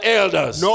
elders